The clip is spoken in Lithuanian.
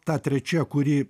ta trečia kuri